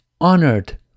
honored